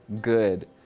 good